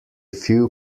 few